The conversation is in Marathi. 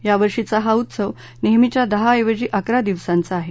यावर्षीचा हा उत्सव नेहमीच्या दहाऐवजी अकरा दिवसांचा आहे